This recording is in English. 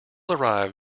arrive